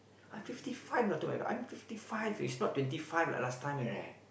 I fifty five you know I tell you I'm fifty five is not twenty five like last time you know